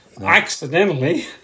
accidentally